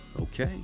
Okay